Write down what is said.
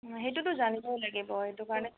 সেইটোটো জানিবই লাগিব সেইটো কাৰণে